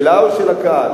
שלה או של הקהל?